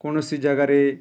କୌଣସି ଜାଗାରେ